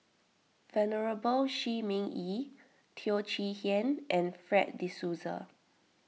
Venerable Shi Ming Yi Teo Chee Hean and Fred De Souza